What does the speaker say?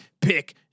Pick